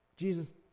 Jesus